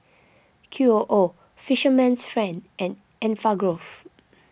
Q O O Fisherman's Friend and Enfagrow